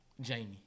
Jamie